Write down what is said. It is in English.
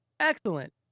Excellent